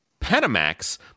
Panamax